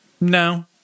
No